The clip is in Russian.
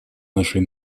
нашей